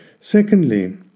Secondly